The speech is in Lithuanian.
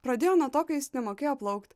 pradėjo nuo to kai jis nemokėjo plaukt